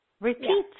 repeat